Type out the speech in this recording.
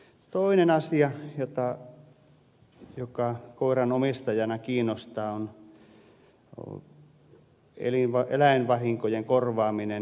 toinen asia joka koiranomistajana kiinnostaa on eläinvahinkojen korvaaminen